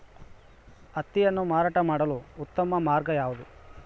ಹತ್ತಿಯನ್ನು ಮಾರಾಟ ಮಾಡಲು ಉತ್ತಮ ಮಾರ್ಗ ಯಾವುದು?